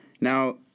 now